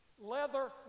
leather